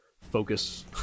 focus